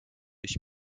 ich